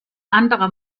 anderer